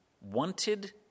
wanted